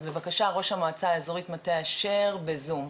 אז בבקשה ראש המועצה האזורית מטה אשר בזום.